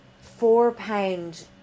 four-pound